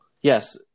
yes